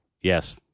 Yes